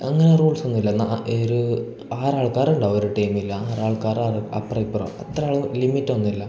അങ്ങനെ റൂൾസൊന്നുമില്ല ന ഒരു ആറാൾക്കാരുണ്ടാകും ഒരു ടീമിൽ ആറാൾക്കാർ ആറ് അപ്പുറം ഇപ്പുറം അത്ര ആൾ ലിമിറ്റൊന്നുമില്ല